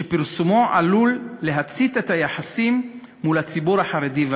שפרסומו עשוי להצית את היחסים מול הציבור החרדי.